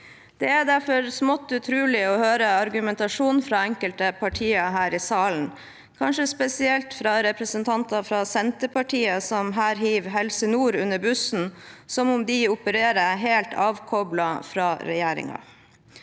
Det er derfor smått utrolig å høre argumentasjonen fra enkelte partier her i salen, kanskje spesielt fra representanter fra Senterpartiet, som her hiver Helse nord under bussen, som om de opererer helt avkoblet fra regjeringen.